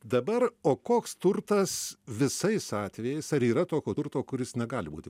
dabar o koks turtas visais atvejais ar yra tokio turto kuris negali būti